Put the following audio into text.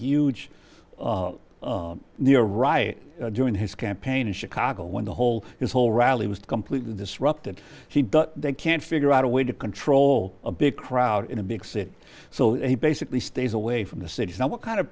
huge near riot during his campaign in chicago when the whole his whole rally was completely disrupted they can't figure out a way to control a big crowd in a big city so he basically stays away from the city and what kind of